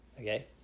okay